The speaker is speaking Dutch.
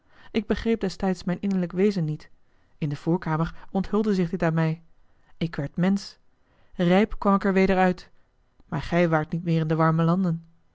ik begreep destijds mijn innerlijk wezen niet in de voorkamer onthulde zich dit aan mij ik werd mensch rijp kwam ik er weder uit maar gij waart niet meer in de warme landen